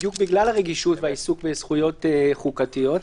בדיוק בגלל הרגישות ועיסוק בזכויות חוקתיות.